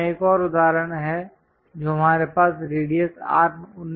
यहाँ एक और उदाहरण है जो हमारे पास रेडियस R19 है